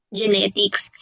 genetics